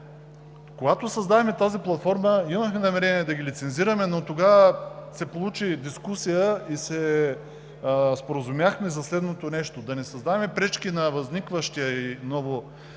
Когато създавахме тази платформа, имахме намерение да ги лицензираме, но тогава се получи дискусия и се споразумяхме за следното нещо: да не създаваме пречки на нововъзникващия газов